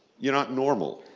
you're not normal.